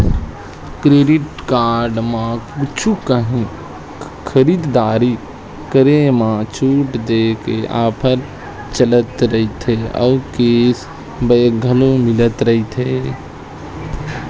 credit card म कुछु काही खरीददारी करे म छूट देय के ऑफर चलत रहिथे अउ केस बेंक घलो मिलत रहिथे